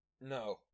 no